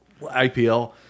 IPL